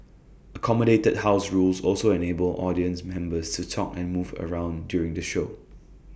accommodated house rules also enabled audience members to talk and move around during the show